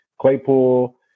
Claypool